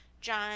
John